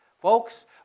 Folks